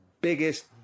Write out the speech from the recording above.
biggest